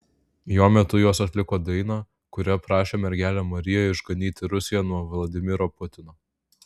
jo metu jos atliko dainą kuria prašė mergelę mariją išganyti rusiją nuo vladimiro putino